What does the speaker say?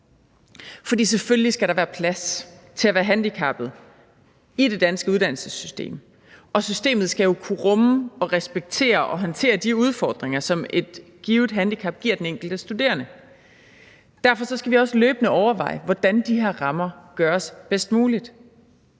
for selvfølgelig skal der være plads til at være handicappet i det danske uddannelsessystem, og systemet skal jo kunne rumme og respektere og håndtere de udfordringer, som et givet handicap giver den enkelte studerende. Derfor skal vi også løbende overveje, hvordan de her rammer bliver de bedst mulige.